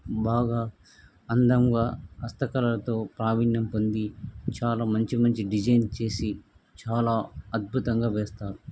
బాగా అందంగా హస్తకళలతో ప్రావీణ్యం పొంది చాలా మంచి మంచి డిజైన్ చేసి చాలా అద్భుతంగా వేస్తారు